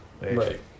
Right